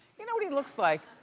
you know what he looks like,